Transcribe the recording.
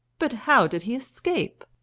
but how did he escape?